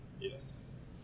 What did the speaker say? Yes